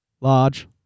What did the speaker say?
large